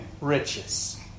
riches